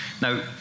Now